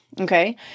okay